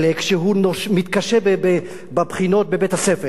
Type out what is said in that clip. כשהוא מתקשה בבחינות בבית-הספר,